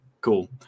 Cool